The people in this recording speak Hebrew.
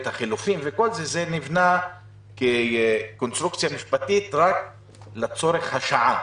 החילופין, שזה נבנה כקונסטרוקציה משפטית רק לצורך השעה.